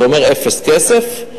זה אומר אפס כסף,